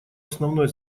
основной